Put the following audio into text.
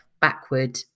backward